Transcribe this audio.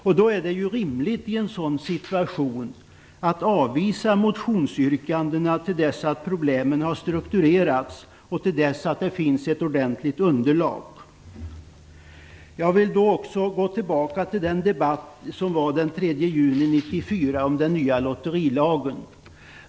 I en sådan situation är det ju rimligt att avvisa motionsyrkandena till dess att problemet har strukturerats och till dess att det finns ett ordentligt underlag. Jag vill gå tillbaka till den debatt som vi hade den 3 juni 1994 om den nya lotterilagen.